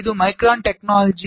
25 micron technology